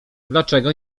dlaczego